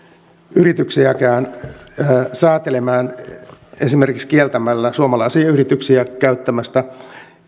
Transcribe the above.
yrityksiäkään säätelemään esimerkiksi kieltämällä suomalaisia yrityksiä käyttämästä